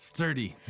Sturdy